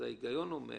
ההיגיון אומר